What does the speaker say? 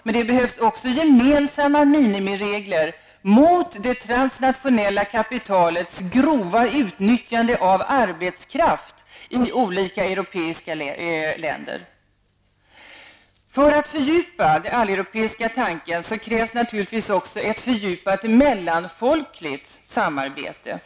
Det behövs emellertid också gemensamma minimiregler mot det transnationella kapitalets grova utnyttjande av arbetskraft i olika europeiska länder. För att man skall kunna fördjupa den alleuropeiska tanken krävs naturligtvis också ett fördjupat mellanfolkligt samarbete.